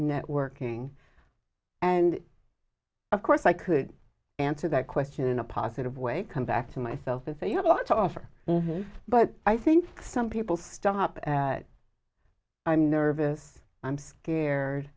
networking and of course i could answer that question in a positive way come back to myself and say you have a lot to offer but i think some people stop at i'm nervous i'm scared